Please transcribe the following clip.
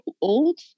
old